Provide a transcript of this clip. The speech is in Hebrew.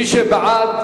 מי שבעד,